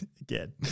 again